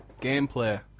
gameplay